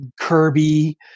Kirby